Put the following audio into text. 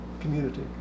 community